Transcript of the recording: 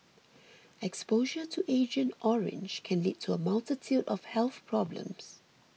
exposure to Agent Orange can lead to a multitude of health problems